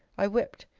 i wept,